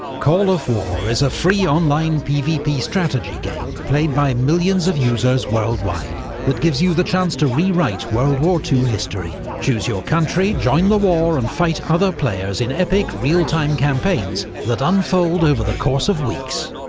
call of war is a free online pvp strategy game, played by millions of users worldwide, that gives you the chance to rewrite world war two history. choose your country, join the war and fight other players in epic real time campaigns that unfold over the course of weeks.